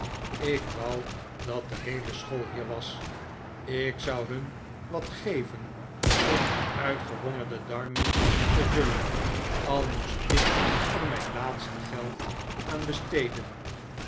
ik wou dat de heele school hier was ik zou hun wat geven om hun uitgehongerde darmen te vullen al moest ik er mijn laatste geld aan besteden